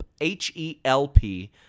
H-E-L-P